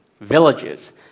villages